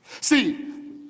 See